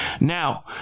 Now